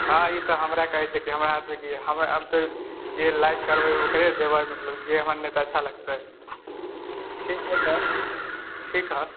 हँ ई त हमरा कहै सँ की हमरा हाथ मे की ह हमर अब तऽ जे लाइक करबै ओकरे देबै मतलब जे हमरा नेता अच्छा लगतै ठीक हउ तऽ ठीक ह